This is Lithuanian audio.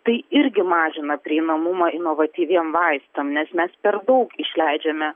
tai irgi mažina prieinamumą inovatyviem vaistam nes mes per daug išleidžiame